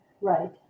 Right